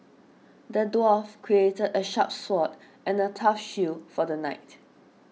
the dwarf crafted a sharp sword and a tough shield for the knight